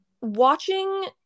watching